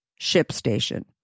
ShipStation